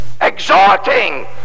exhorting